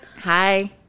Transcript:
Hi